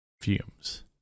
Fumes